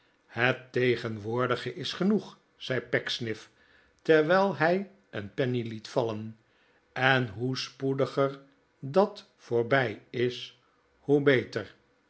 het tegenwoordige is genoeg zei pecksniff terwijl hij een penny liet vallen en hoe spoediger dat voorbij is hoe beter